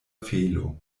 felo